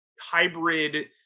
hybrid